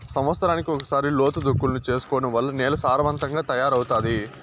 సమత్సరానికి ఒకసారి లోతు దుక్కులను చేసుకోవడం వల్ల నేల సారవంతంగా తయారవుతాది